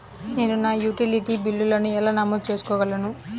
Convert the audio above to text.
నేను నా యుటిలిటీ బిల్లులను ఎలా నమోదు చేసుకోగలను?